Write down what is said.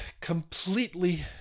completely